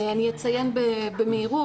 אני אציין במהירות,